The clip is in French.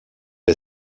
est